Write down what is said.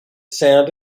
sound